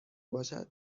باشد